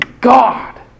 God